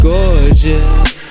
Gorgeous